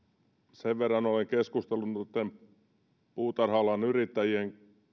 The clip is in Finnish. sen verran olen keskustellut noitten puutarha alan yrittäjien